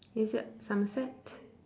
is it at somerset